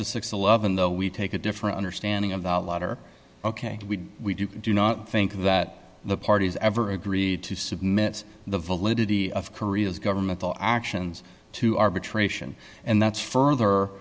and eleven though we take a different understanding of the latter ok we do not think that the parties ever agreed to submit the validity of korea's governmental actions to arbitration and that's further